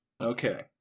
Okay